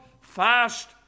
fast